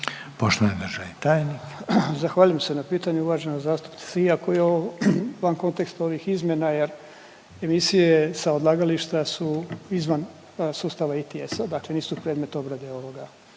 Mile (SDSS)** Zahvaljujem se na pitanju uvaženoj zastupnici iako je ovo van konteksta ovih izmjena jer emisije sa odlagališta su izvan sustava ITS-a, dakle nisu predmet .../Govornik